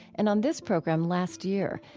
and on this program last year,